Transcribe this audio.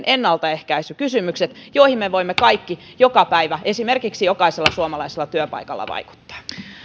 ennaltaehkäisykysymykset joihin me voimme kaikki joka päivä esimerkiksi jokaisella suomalaisella työpaikalla vaikuttaa